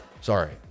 Sorry